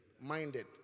minded